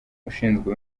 ushinzwe